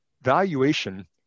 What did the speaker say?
valuation